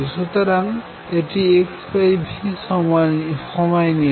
সুতরাং এটি x v সময় নিয়েছে